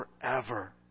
forever